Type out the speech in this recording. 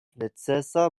necesa